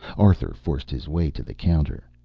arthur forced his way to the counter.